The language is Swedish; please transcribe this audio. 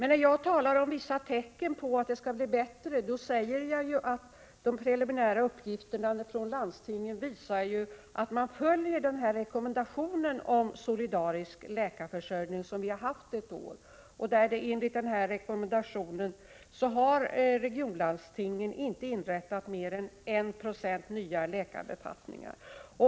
När jag talar om vissa tecken på att det skall bli bättre, då säger jag att de preliminära uppgifterna från landstingen visar att man följer rekommendationen om solidarisk läkarförsörjning som vi haft ett år. Enligt denna rekommendation har regionlandstingen inte inrättat mer än 196 nya läkarbefattningar.